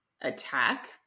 attack